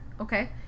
Okay